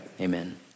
amen